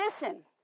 Listen